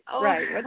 Right